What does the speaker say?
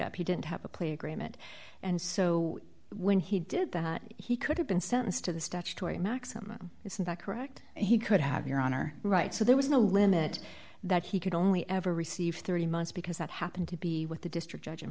he didn't have a plea agreement and so when he did that he could have been sentenced to the statutory maximum isn't that correct he could have your honor right so there was no limit that he could only ever receive three months because that happened to be with the district judg